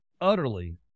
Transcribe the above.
utterly